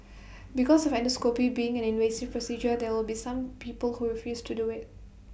because of endoscopy being an invasive procedure there will be some people who refuse to do IT